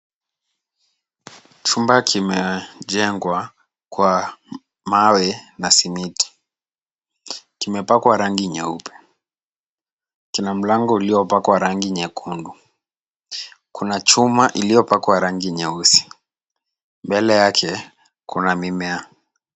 Chumba kimejengwa kwa mawe na simiti, kimepakwa rangi nyeupe. Kina mlango uliopakwa rangi nyekundu. Kuna chuma iliyopakwa rangi nyeusi. Mbele yake kuna mimea.